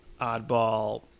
Oddball